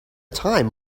time